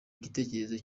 igitekerezo